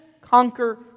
conquer